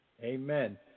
Amen